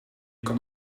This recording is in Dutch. kan